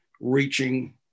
reaching